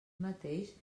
mateix